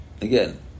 Again